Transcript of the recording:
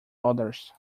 others